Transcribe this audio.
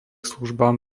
službám